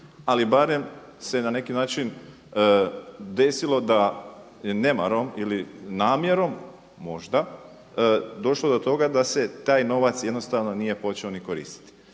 ali barem se na neki način desilo da nemarom ili namjerom možda došlo do toga da se taj novac jednostavno nije počeo niti koristiti.